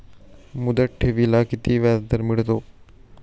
मुदत ठेवीला किती व्याजदर मिळतो?